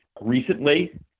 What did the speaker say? recently